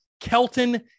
Kelton